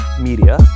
media